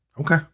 okay